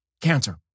Cancer